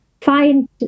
find